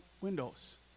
windows